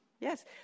Yes